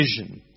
vision